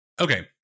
Okay